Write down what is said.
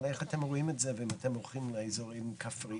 אבל איך רואים את זה והאם אתם הולכים לאזורים כפריים?